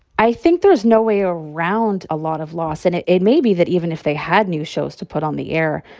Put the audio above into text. i think there's no way around a lot of loss. and it it may be that even if they had new shows to put on the air,